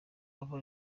abo